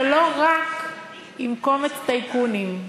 ולא רק עם קומץ טייקונים,